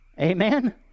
amen